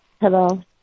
Hello